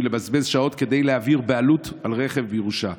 ולבזבז שעות כדי להעביר בעלות על רכב בירושה.